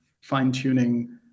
fine-tuning